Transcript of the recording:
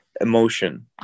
emotion